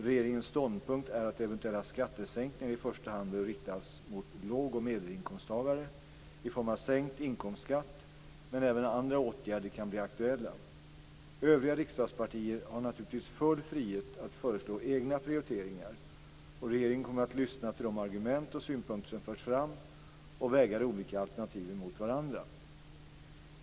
Regeringens ståndpunkt är att eventuella skattesänkningar i första hand bör inriktas mot låg och medelinkomsttagare i form av sänkt inkomstskatt, men även andra åtgärder kan bli aktuella. Övriga riksdagspartier har naturligtvis full frihet att föreslå egna prioriteringar, och regeringen kommer att lyssna till de argument och synpunkter som förs fram och väga de olika alternativen mot varandra.